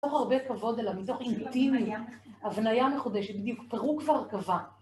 מתוך הרבה כבוד, אלא מתוך אינטימי..., הבנייה מחודשת, בדיוק, פירוק והרכבה.